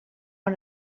han